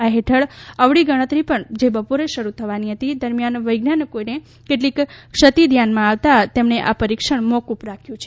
આ હેઠળ અવળી ગણતરી પણ જે બપોરે શરૂ થવાની હતી દરમિયાન વિજ્ઞાનીઓને કેટલીક ક્ષતી ધ્યાનમાં આવતાં પરીક્ષણ મોક્ષફ રાખવામાં આવ્યું છે